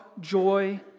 joy